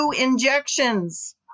injections